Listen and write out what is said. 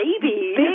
baby